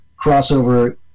crossover